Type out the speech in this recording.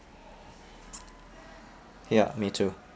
ya me too